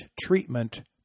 treatment